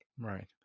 Right